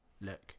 look